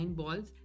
balls